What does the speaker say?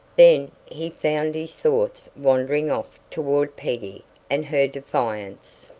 then he found his thoughts wandering off toward peggy and her defiance.